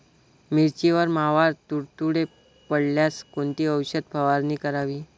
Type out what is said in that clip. मिरचीवर मावा, तुडतुडे पडल्यास कोणती औषध फवारणी करावी?